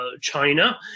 China